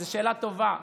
זו שאלה טובה.